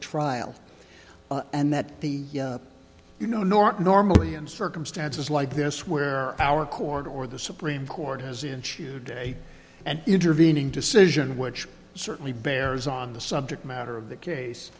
trial and that the you know nort normally in circumstances like this where our court or the supreme court has ensured a day and intervening decision which certainly bears on the subject matter of the